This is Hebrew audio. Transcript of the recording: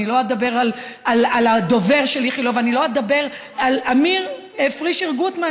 אני לא אדבר על הדובר של איכילוב ואני לא אדבר על אמיר פרישר גוטמן,